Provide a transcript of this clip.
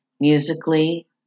musically